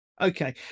Okay